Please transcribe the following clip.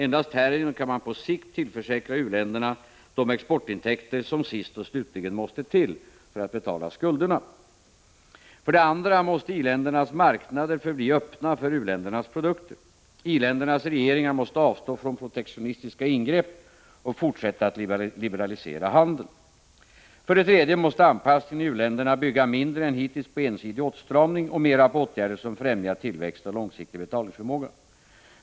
Endast härigenom kan man på sikt tillförsäkra u-länderna de exportintäkter som sist och slutligen måste till för att betala skulderna. För det andra måste i-ländernas marknader förbli öppna för u-ländernas produkter. I-ländernas regeringar måste avstå från protektionistiska ingrepp och fortsätta att liberalisera handeln. För det tredje måste anpassningen i u-länderna bygga mindre än hittills på ensidig åtstramning och mera på åtgärder som främjar tillväxt och långsiktig betalningsförmåga.